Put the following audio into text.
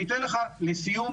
לסיום,